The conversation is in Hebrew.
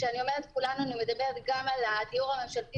כשאני אומרת כולנו אני מתכוונת גם הדיור הממשלתי